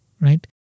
right